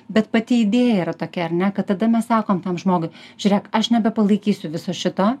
bet pati idėja yra tokia ar ne kad tada mes sakom tam žmogui žiūrėk aš nebepalaikysiu viso šito